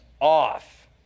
off